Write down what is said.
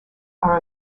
are